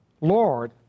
Lord